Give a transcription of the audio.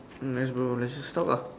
nice bro let's just talk ah